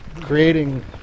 creating